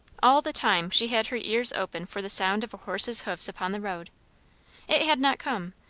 all the time she had her ears open for the sound of a horse's hoofs upon the road it had not come,